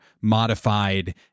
modified